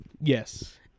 Yes